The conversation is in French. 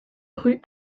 rue